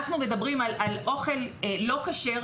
אנחנו מדברים על אוכל לא כשר.